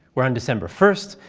where on december first,